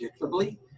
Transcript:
predictably